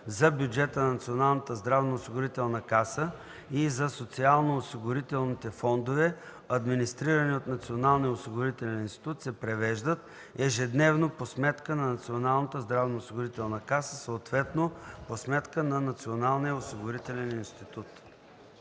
за бюджета на Националната здравноосигурителна каса и за социалноосигурителните фондове, администрирани от Националния осигурителен институт, се превеждат ежедневно по сметка на Националната здравноосигурителна каса, съответно по сметка на Националния осигурителен институт.”